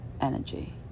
energy